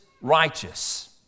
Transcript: righteous